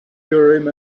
urim